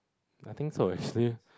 I think so actually